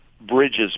bridges